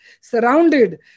surrounded